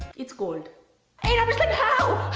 it's cold and i'm just like, how,